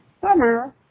summer